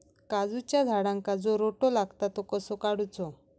काजूच्या झाडांका जो रोटो लागता तो कसो काडुचो?